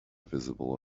visible